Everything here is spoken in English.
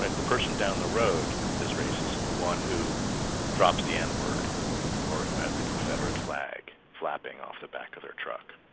like the person down the road is racist, the one who drops the n-word or who has the confederate flag flapping off the back of their truck.